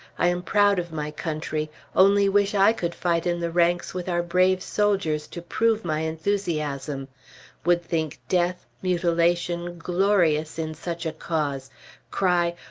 i am proud of my country only wish i could fight in the ranks with our brave soldiers, to prove my enthusiasm would think death, mutilation, glorious in such a cause cry,